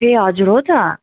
ए हजुर हो त